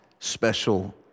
special